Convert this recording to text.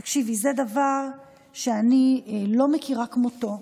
תקשיבי, זה דבר שאני לא מכירה כמותו.